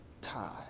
Tie